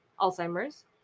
Alzheimer's